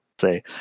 say